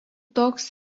toks